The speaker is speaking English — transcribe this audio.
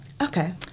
Okay